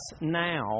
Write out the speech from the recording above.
now